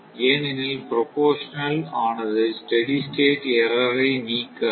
ஏனெனில் ப்ரபோர்சனல் ஆனது steady state error ஐ நீக்காது